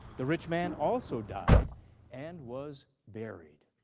the rich man also died and was buried.